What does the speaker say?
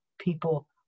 people